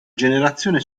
generazione